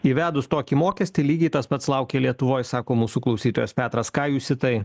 įvedus tokį mokestį lygiai tas pats laukia lietuvoj sako mūsų klausytojas petras ką jūs į tai